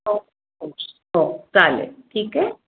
हो चालेल ठीक आहे